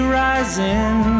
rising